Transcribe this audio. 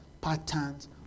patterns